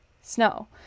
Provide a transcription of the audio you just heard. snow